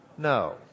no